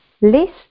list